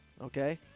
okay